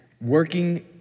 working